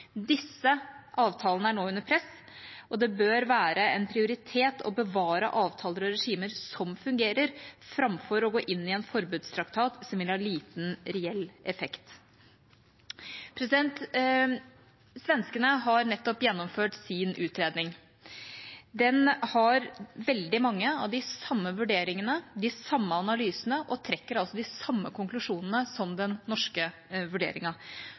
Disse er nå under aukande press. Det bør vere ein prioritet å bevare avtaler og regime som fungerer, framfor å gå inn i ein forbodstraktat som vil ha liten reell effekt.» Svenskene har nettopp gjennomført sin utredning. Den har veldig mange av de samme vurderingene og analysene og trekker de samme konklusjonene som i den norske